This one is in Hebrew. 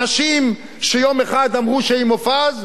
אנשים שיום אחד אמרו שהם עם מופז,